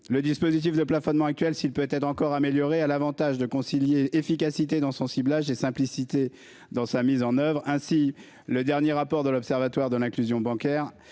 le dispositif de plafonnement actuel s'il peut être encore amélioré à l'Avantage de concilier efficacité dans son ciblage et simplicité dans sa mise en oeuvre ainsi le dernier rapport de l'Observatoire de l'inclusion bancaire